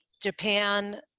Japan